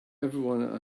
everyone